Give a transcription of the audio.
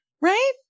Right